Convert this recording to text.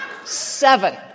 Seven